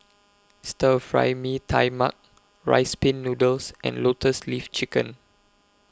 Stir Fry Mee Tai Mak Rice Pin Noodles and Lotus Leaf Chicken